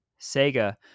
Sega